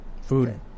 Food